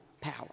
power